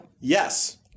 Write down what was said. Yes